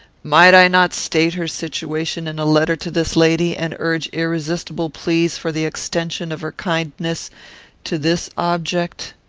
might i not state her situation in a letter to this lady, and urge irresistible pleas for the extension of her kindness to this object?